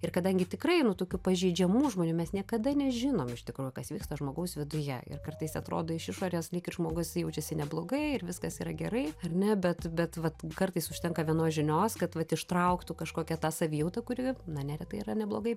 ir kadangi tikrai nu tokių pažeidžiamų žmonių mes niekada nežinom iš tikrųjų kas vyksta žmogaus viduje ir kartais atrodo iš išorės lyg ir žmogus jaučiasi neblogai ir viskas yra gerai ar ne bet bet vat kartais užtenka vienos žinios kad vat ištrauktų kažkokią tą savijautą kuri na neretai yra neblogai